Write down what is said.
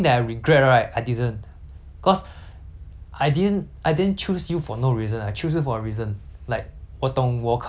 I didn't I didn't choose you for no reason I choose you for a reason like 我懂我可以帮你 you know 进步 lah